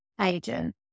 agent